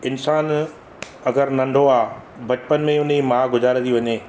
इन्सानु अगरि नंढो आहे बचपन में हुन जी मां गुज़ारे थी वञे